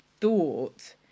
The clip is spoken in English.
thought